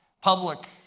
public